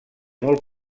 molt